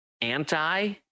Anti